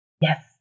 Yes